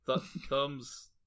Thumbs